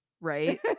Right